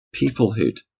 peoplehood